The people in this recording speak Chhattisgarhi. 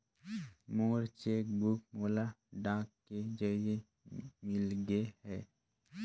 मोर चेक बुक मोला डाक के जरिए मिलगे हे